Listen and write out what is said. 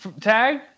Tag